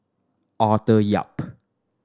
Arthur Yap